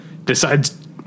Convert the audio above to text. decides